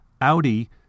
Audi